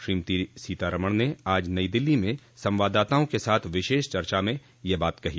श्रीमती सीतारमण ने आज नई दिल्ली में संवाददाताओं के साथ विशेष चर्चा में यह बात कही